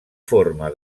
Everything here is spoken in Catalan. forma